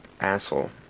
asshole